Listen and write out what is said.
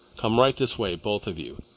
come right this way, both of you.